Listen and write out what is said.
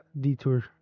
detour